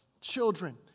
children